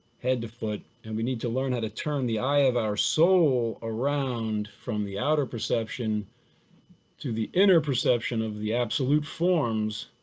head to foot. and we need to learn how to turn the eye of our soul around from the outer perception to the inner perception of the absolute forms,